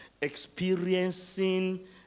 Experiencing